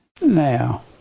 Now